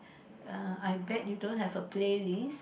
err I bet you don't have a playlist